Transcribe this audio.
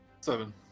Seven